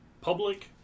public